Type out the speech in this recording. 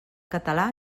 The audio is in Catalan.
català